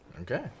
Okay